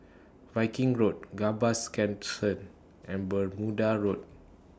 Viking Road Gambas Camp cent and Bermuda Road